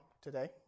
today